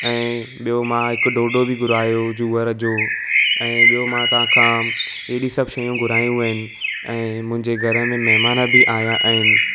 ऐं ॿियो मां हिकु ढोढो बि घुरायो जूअरि जो ऐं ॿियो मां तव्हां खां हेॾी सभु शयूं घुराइयूं आहिनि ऐं मुंहिंजे घर में महिमान बि आया आहिनि